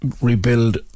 rebuild